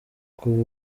kuva